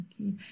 Okay